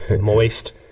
Moist